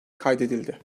kaydedildi